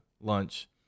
lunch